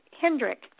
Hendrick